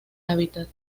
hábitat